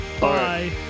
Bye